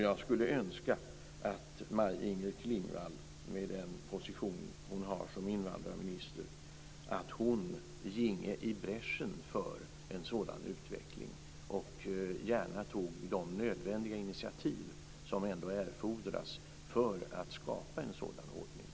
Jag skulle önska att Maj-Inger Klingvall med den position hon har som invandrarminister gick i bräschen för en sådan utveckling och gärna tog de nödvändiga initiativ som ändå erfordras för att skapa en sådan ordning.